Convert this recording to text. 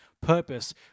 purpose